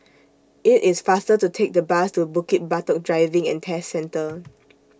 IT IS faster to Take The Bus to Bukit Batok Driving and Test Centre